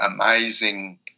amazing